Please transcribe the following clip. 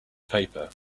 paper